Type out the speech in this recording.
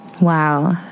Wow